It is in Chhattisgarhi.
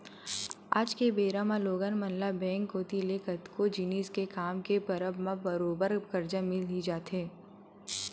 आज के बेरा म लोगन मन ल बेंक कोती ले कतको जिनिस के काम के परब म बरोबर करजा मिल ही जाथे